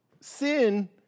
sin